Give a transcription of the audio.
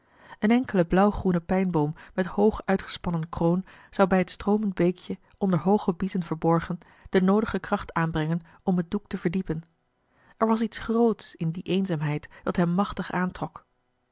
eene enkele blauwgroene pijnboom met hoog uitgespannen kroon zou bij het stroomend beekje onder hooge biezen verborgen de noodige kracht aanbrengen om het doek te verdiepen er was iets grootsch in die eenzaamheid dat hem machtig aantrok